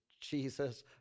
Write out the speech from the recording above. Jesus